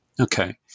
Okay